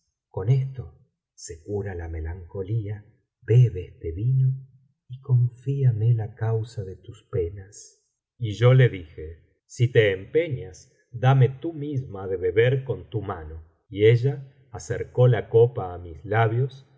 con esto se cura la melancolía bebe este vino y confíame la causa de tus penas y yo le dije si te empeñas dame tú misma de beber con tu mano y ella acercó la copa á mis labios